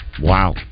Wow